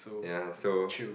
ya so